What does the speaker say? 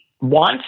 want